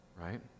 right